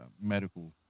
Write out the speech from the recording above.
medical